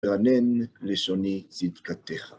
רנן לשוני צדקתך.